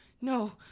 no